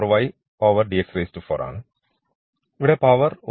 ഇവിടെ പവർ 1 അഥവാ ഈ പദത്തിന്റെ ഡിഗ്രി 1 ആണ്